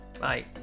Bye